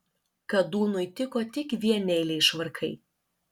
kadūnui tiko tik vieneiliai švarkai